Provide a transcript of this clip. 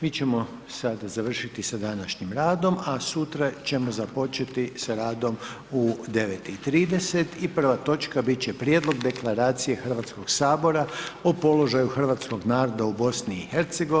Mi ćemo sad završiti sa današnjim radom, a sutra ćemo započeti sa radom u 9,30 i prva točka bit će prijedlog Deklaracije HS o položaju hrvatskog naroda u BiH.